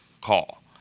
call